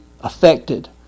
affected